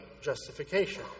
justification